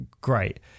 great